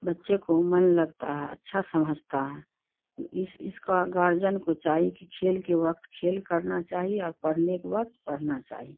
بچے کو من لگتا ہے اچھا سمجھتا ہے اس اس کا گارجن کو چاہیے کہ کھیل کے وقت کھیل کرنا چاہیے اور پڑھنے کے وقت پڑھنا چاہیے